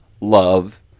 love